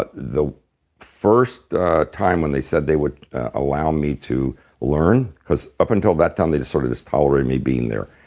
but the first time when they said they would allow me to learn, because up until that time they sort of just tolerated me being there.